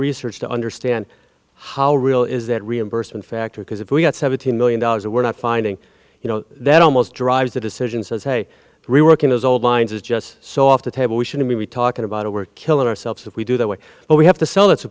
research to understand how real is that reimbursement factor because if we've got seventeen million dollars and we're not finding you know that almost drives that decision says hey reworking those old lines is just so off the table we shouldn't be talking about a were killing ourselves if we do that way but we have to sell it